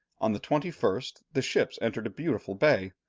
on the twenty first the ships entered a beautiful bay,